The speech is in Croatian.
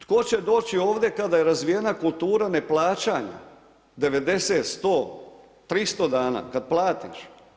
Tko će doći ovdje kada je razvijena kultura neplaćanja, 90, 100, 300 dana, kada platiš?